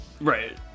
Right